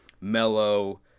mellow